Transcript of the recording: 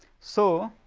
so,